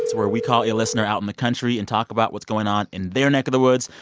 where we call a listener out in the country and talk about what's going on in their neck of the woods.